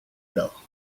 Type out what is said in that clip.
alors